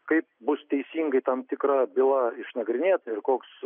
kaip bus teisingai tam tikra byla išnagrinėta ir koks